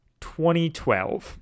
2012